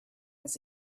was